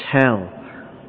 tell